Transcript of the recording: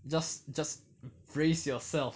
just just brace yourself